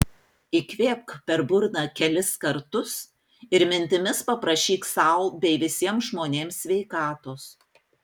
įkvėpk per burną kelis kartus ir mintimis paprašyk sau bei visiems žmonėms sveikatos